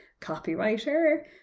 copywriter